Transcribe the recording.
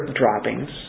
droppings